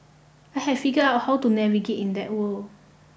I had figure out how to navigate in that world